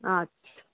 আচ্ছা